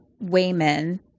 Wayman